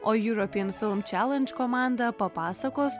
o juropėn film čelandž komanda papasakos